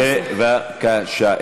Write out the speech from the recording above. גברתי, בבקשה.